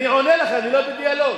אני עונה לך, אני לא בדיאלוג.